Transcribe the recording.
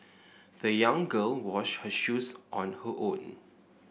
the young girl washed her shoes on her own